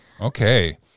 okay